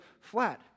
flat